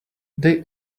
they